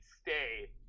stay